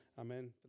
Amen